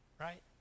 right